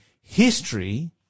History